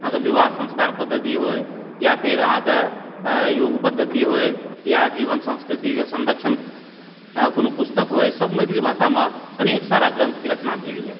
अहाँकेँ विवाह संस्कार पद्धति होए या फेर अहाँकेँ योग पद्धति होए या जीवन संस्कृतिके संरक्षण हुए कोनो पुस्तक होए सब मैथिली भाषामे अनेक सारा ग्रन्थके रचना भेल यऽ